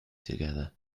together